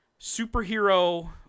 superhero